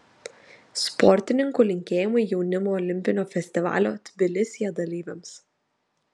sportininkų linkėjimai jaunimo olimpinio festivalio tbilisyje dalyviams